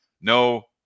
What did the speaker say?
No